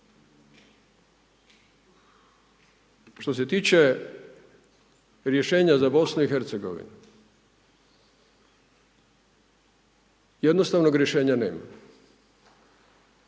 Što se tiče rješenja za BiH, jednostavnog rješenja nema